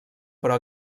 però